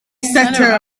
center